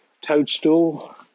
toadstool